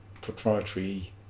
proprietary